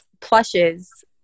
plushes